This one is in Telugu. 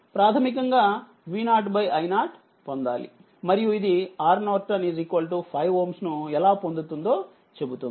ప్రాధమికంగా V0i0 పొందాలి మరియు ఇదిRN 5Ω ను ఎలా పొందుతుందోచెబుతుంది